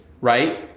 right